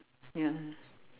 ya